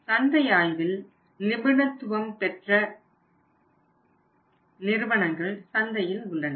சந்தை ஆய்வில் நிபுணத்துவம் பெற்ற நிறுவனங்கள் சந்தையில் உள்ளன